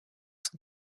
sont